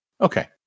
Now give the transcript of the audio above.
Okay